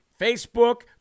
Facebook